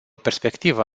perspectivă